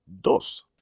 dos